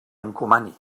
encomani